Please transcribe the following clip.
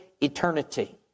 eternity